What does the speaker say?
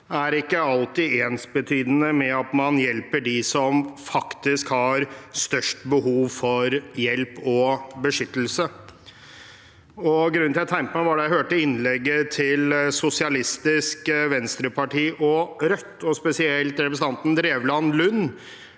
er ikke alltid ensbetydende med at man hjelper dem som faktisk har størst behov for hjelp og beskyttelse. Grunnen til at jeg tegnet meg, var at jeg hørte innleggene til Sosialistisk Venstreparti og Rødt, og spesielt representanten Drevland Lund,